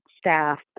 staff